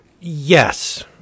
Yes